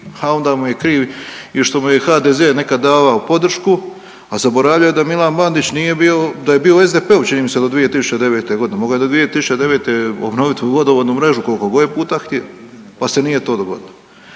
ha onda mu je kriv i što mu je HDZ nekad davao podršku, a zaboravljaju da Milan Bandić nije bio, da je bio u SDP-u čini mi se do 2009.g., mogao je do 2009. obnovit vodovodnu mrežu kolko god je puta htio, pa se nije to dogodilo.